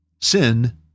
sin